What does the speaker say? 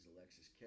Alexis